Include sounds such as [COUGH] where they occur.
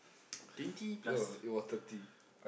twenty plus [NOISE]